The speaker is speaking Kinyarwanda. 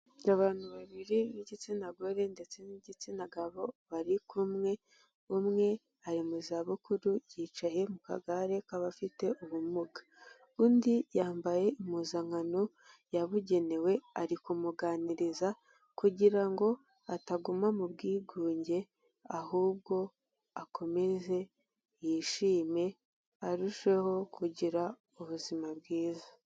Abantu babiri b'igitsina gore ndetse n'igitsina gabo bari kumwe, umwe ari mu zabukuru yicaye mu kagare k'abafite ubumuga, undi yambaye impuzankano yabugenewe ari kumuganiriza kugira ngo ataguma mu bwigunge, ahubwo akomeze yishime arusheho kugira ubuzima bwiza.